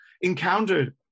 encountered